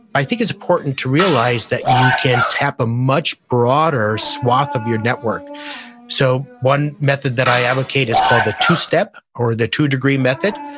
i think it's important to realize that you can tap a much broader swath of your network so, one method that i advocate is called the two-step or the two-degree method,